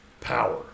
power